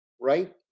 right